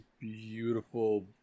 Beautiful